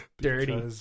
Dirty